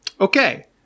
Okay